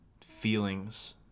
feelings